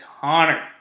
Connor